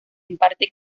imparte